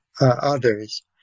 others